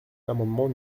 l’amendement